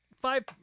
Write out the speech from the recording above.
five